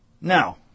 Now